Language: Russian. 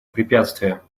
препятствия